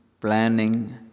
planning